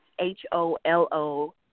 H-O-L-O